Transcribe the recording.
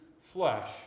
flesh